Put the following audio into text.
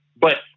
But-